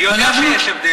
אני יודע שיש הבדל.